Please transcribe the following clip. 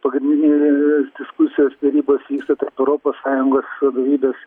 pagrindiniai diskusijos derybos vyksta tarp europos sąjungos vadovybės